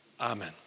Amen